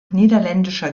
niederländischer